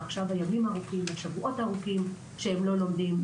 ועכשיו הימים הארוכים והשבועות הארוכים שהם לא לומדים,